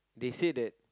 they say that